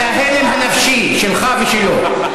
בגלל ההלם הנפשי שלך ושלו.